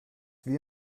wie